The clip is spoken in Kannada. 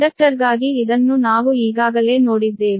ಇಂಡಕ್ಟರ್ಗಾಗಿ ಇದನ್ನು ನಾವು ಈಗಾಗಲೇ ನೋಡಿದ್ದೇವೆ